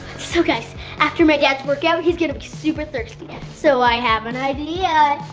so guy's after my dad's workout, he's gonna be super thirsty. and so i have an idea!